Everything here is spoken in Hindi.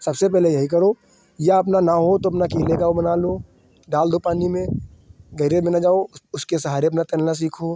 सबसे पहले यही करो या अपना न हो तो अपना कीले का वह बना लो डाल दो पानी में गहरे में न जाओ उसके सहारे अपना तैरना सीखो